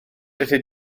felly